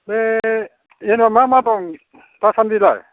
बे जेनेबा मा मा दं दासान्दिलाय